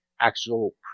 actual